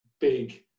big